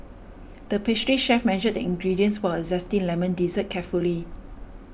the pastry chef measured the ingredients for a Zesty Lemon Dessert carefully